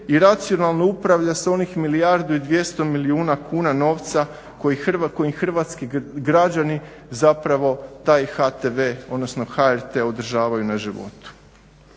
i racionalno upravlja sa onih milijardu i 200 milijuna kuna novaca kojim hrvatski građani zapravo taj HTV odnosno HRT održavaju na životu.